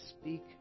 speak